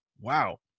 Wow